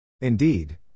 Indeed